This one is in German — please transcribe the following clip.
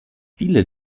viele